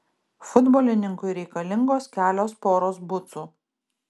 futbolininkui reikalingos kelios poros bucų